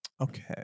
Okay